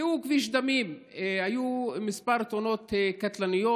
כי הוא כביש דמים, היו כמה תאונות קטלניות.